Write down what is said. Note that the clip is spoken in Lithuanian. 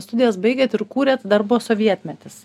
studijas baigėt ir kūrėt dar buvo sovietmetis